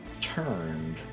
turned